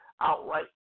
outright